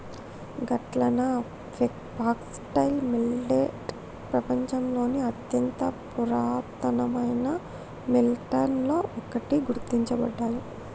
గట్లన foxtail millet పెపంచంలోని అత్యంత పురాతనమైన మిల్లెట్లలో ఒకటిగా గుర్తించబడ్డాయి